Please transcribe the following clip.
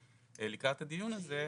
לקראת הדיון הזה,